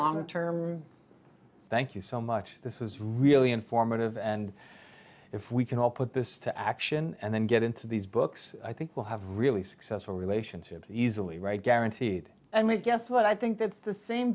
long term thank you so much this is really informative and if we can all put this to action and then get into these books i think we'll have a really successful relationship easily right guaranteed and i guess what i think it's the same